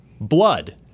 Blood